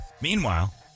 Meanwhile